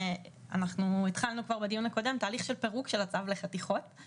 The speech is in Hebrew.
כבר בדיון הקודם התחלנו תהליך של פירוק הצו לחתיכות,